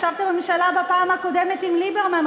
ישבת בממשלה בפעם הקודמת עם ליברמן,